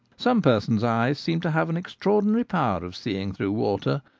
some persons' eyes seem to have an extraordinary power of seeing through water,